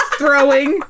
throwing